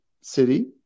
city